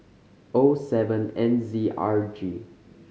O seven N Z R G